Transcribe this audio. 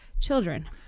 children